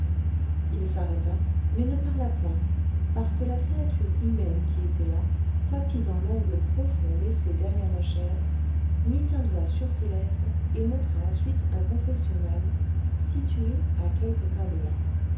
il s'arrêta mais ne parla point parce que la créature humaine qui était là tapie dans l'angle profond laissé derrière la chaire mit un doigt sur ses lèvres et montra ensuite un confessionnal situé à quelques pas de là